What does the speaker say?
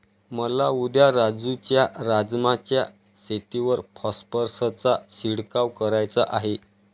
मला उद्या राजू च्या राजमा च्या शेतीवर फॉस्फरसचा शिडकाव करायचा आहे